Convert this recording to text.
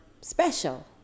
special